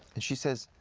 and she says,